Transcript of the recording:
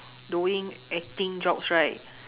doing acting jobs right